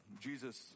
Jesus